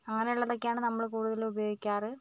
അങ്ങനെ ഉള്ളതൊക്കെയാണ് നമ്മൾ കൂടുതലും ഉപയോഗിക്കാറ്